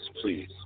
please